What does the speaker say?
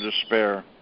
despair